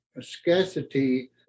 scarcity